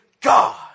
God